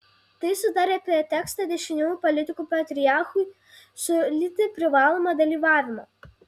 tai sudarė pretekstą dešiniųjų politikų patriarchui siūlyti privalomą dalyvavimą